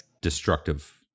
destructive